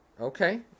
okay